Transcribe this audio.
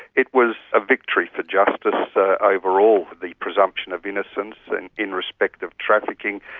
it was a victory for justice ah overall. the presumption of innocence, and in respect of trafficking,